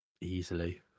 easily